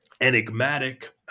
enigmatic